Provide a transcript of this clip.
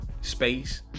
space